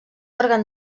òrgan